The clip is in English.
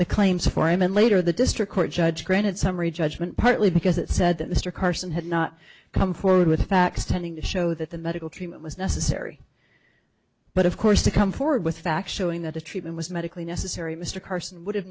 the claims for him and later the district court judge granted summary judgment partly because it said that mr carson had not come forward with the facts tending to show that the medical treatment was necessary but of course to come forward with facts showing that the treatment was medically necessary mr carson would